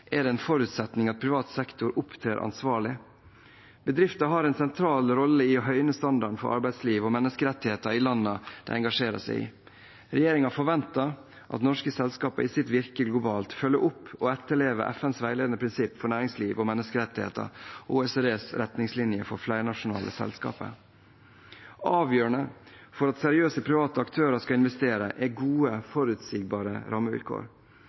er det en forutsetning at privat sektor opptrer ansvarlig. Bedrifter har en sentral rolle i å høyne standarden for arbeidsliv og menneskerettigheter i landene de engasjerer seg i. Regjeringen forventer at norske selskaper i sitt virke globalt følger opp og etterlever FNs veiledende prinsipper for næringsliv og menneskerettigheter og OECDs retningslinjer for flernasjonale selskaper. Avgjørende for at seriøse private aktører skal investere, er gode, forutsigbare rammevilkår.